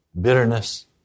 bitterness